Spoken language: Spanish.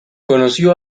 conoció